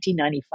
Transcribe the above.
1995